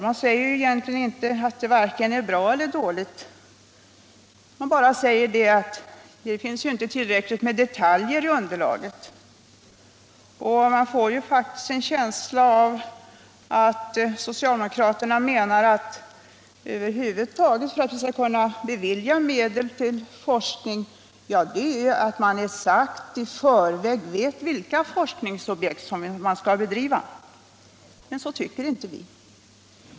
Man säger egentligen inte att det är vare sig bra eller dåligt. Man talar bara om att det inte finns tillräckligt med detaljer i underlaget. Jag får faktiskt en känsla av att socialdemokraterna menar att för att över huvud taget kunna bevilja medel till forskning måste man i förväg veta exakt vilka forskningsobjekt man skall bedriva. Men så tycker inte vi.